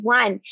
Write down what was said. one